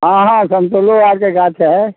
हँ हँ समतोलो आओरके गाछ हइ